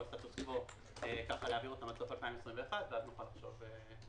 הסטטוס-קוו ולהעביר אותן עד סוף 2021 ואז נוכל לחשוב.